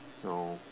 no